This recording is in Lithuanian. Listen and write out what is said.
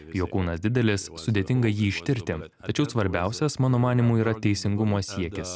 jo kūnas didelis sudėtinga jį ištirti tačiau svarbiausias mano manymu yra teisingumo siekis